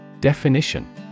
Definition